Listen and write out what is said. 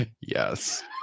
Yes